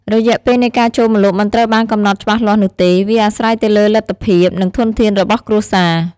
រយៈពេលនៃការចូលម្លប់មិនត្រូវបានកំណត់ច្បាស់លាស់នោះទេ វាអាស្រ័យទៅលើលទ្ធភាព និងធនធានរបស់គ្រួសារ។